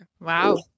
Wow